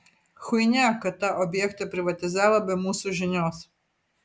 chuinia kad tą objektą privatizavo be mūsų žinios